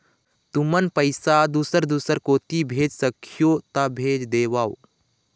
तुमन पैसा दूसर दूसर कोती भेज सखीहो ता भेज देवव?